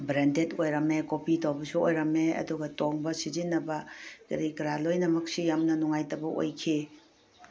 branded ꯑꯣꯏꯔꯝꯃꯦ copy ꯇꯧꯕꯁꯨ ꯑꯣꯏꯔꯝꯃꯦ ꯑꯗꯨꯒ ꯇꯣꯡꯕ ꯁꯤꯖꯤꯟꯅꯕ ꯀꯔꯤ ꯀꯔꯥ ꯂꯣꯏꯅꯃꯛꯁꯤ ꯌꯥꯝꯅ ꯅꯨꯡꯉꯥꯏꯇꯕ ꯑꯣꯏꯈꯤ